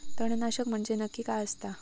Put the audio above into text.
तणनाशक म्हंजे नक्की काय असता?